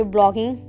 Blogging